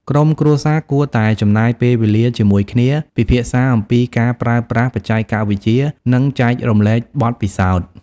ក្រុមគ្រួសារគួរតែចំណាយពេលវេលាជាមួយគ្នា ពិភាក្សាអំពីការប្រើប្រាស់បច្ចេកវិទ្យា និងចែករំលែកបទពិសោធន៍។